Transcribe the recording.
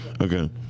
Okay